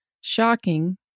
shocking